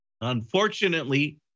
Unfortunately